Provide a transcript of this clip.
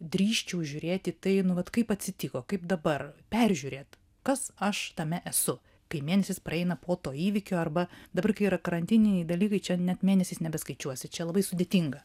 drįsčiau žiūrėti į tai nu vat kaip atsitiko kaip dabar peržiūrėti kas aš tame esu kai mėnesis praeina po to įvykio arba dabar kai yra krantiniai dalykai čia net mėnesiais nebeskaičiuosi čia labai sudėtinga